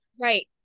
Right